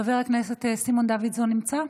חבר הכנסת סימון דוידסון נמצא?